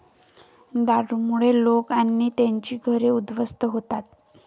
दारूमुळे लोक आणि त्यांची घरं उद्ध्वस्त होतात